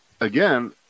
again